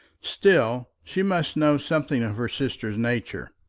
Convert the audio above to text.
still she must know something of her sister's nature.